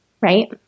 right